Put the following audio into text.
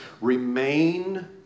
Remain